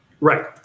right